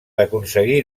aconseguir